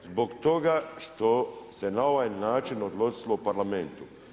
Zbog toga što se na ovaj način odnosilo u Parlamentu.